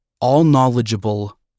all-knowledgeable